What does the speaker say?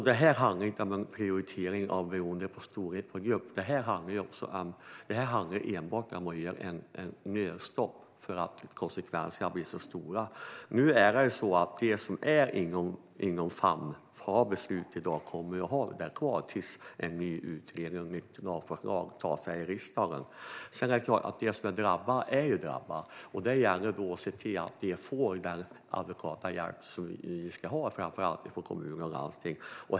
Detta handlar inte om en prioritering utifrån storlek på grupp, utan detta handlar enbart om ett nödstopp för att konsekvenserna blir för stora. Nu är det ju så att de som ligger inom ramen för beslut i dag kommer att ha detta kvar tills en ny utredning gjorts och ett nytt lagförslag tas upp här i riksdagen. Det är klart att de som är drabbade är drabbade, och då gäller det att se till att de får den adekvata hjälp de ska ha från framför allt kommuner och landsting.